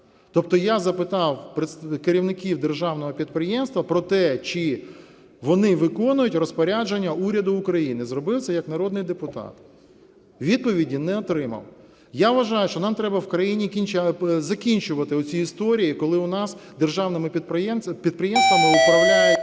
Тобто я запитав керівників державного підприємства про те чи вони виконують розпорядження уряду України. Зробив це як народний депутат. Відповіді не отримав. Я вважаю, що нам треба в країні закінчувати ці історії, коли у нас державними підприємствами управляють